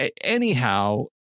anyhow